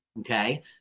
okay